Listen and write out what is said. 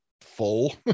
full